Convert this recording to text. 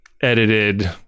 edited